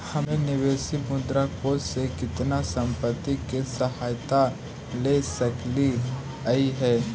हमनी विदेशी मुद्रा कोश से केतना संपत्ति के सहायता ले सकलिअई हे?